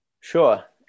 Sure